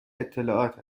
اطلاعات